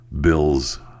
Bill's